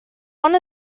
one